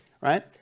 right